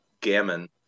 gammon